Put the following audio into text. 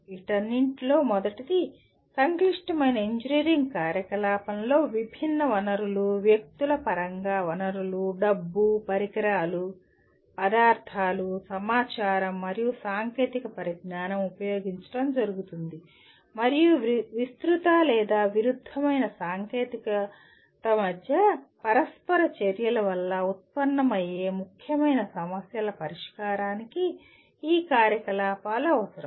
అన్నింటిలో మొదటిది సంక్లిష్టమైన ఇంజనీరింగ్ కార్యకలాపంలో విభిన్న వనరులు వ్యక్తుల పరంగా వనరులు డబ్బు పరికరాలు పదార్థాలు సమాచారం మరియు సాంకేతిక పరిజ్ఞానం ఉపయోగించడం జరుగుతుంది మరియు విస్తృత లేదా విరుద్ధమైన సాంకేతికత మధ్య పరస్పర చర్యల వల్ల ఉత్పన్నమయ్యే ముఖ్యమైన సమస్యల పరిష్కారానికి ఈ కార్యకలాపాలు అవసరం